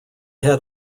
had